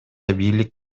бийлик